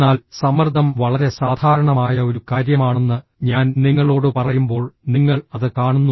എന്നാൽ സമ്മർദ്ദം വളരെ സാധാരണമായ ഒരു കാര്യമാണെന്ന് ഞാൻ നിങ്ങളോട് പറയുമ്പോൾ നിങ്ങൾ അത് കാണുന്നു